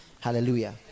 Hallelujah